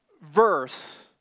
verse